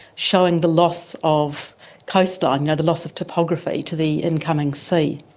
showing the loss of coastline, you know the loss of topography to the incoming sea.